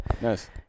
Nice